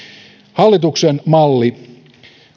hallituksen malli